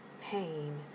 pain